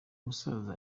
musaza